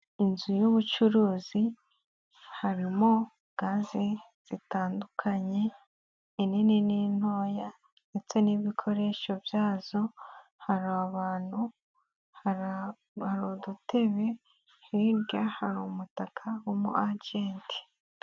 Inzu y'ubucuruzi harimo gaz zitandukanye, inini n'intoya ndetse n'ibikoresho byazo, hari abantu, hari udutebe, hirya hari umutaka w'umu agent.